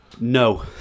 No